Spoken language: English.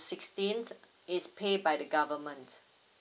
sixteen it's paid by the government